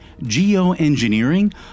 Geoengineering